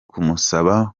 kumusaba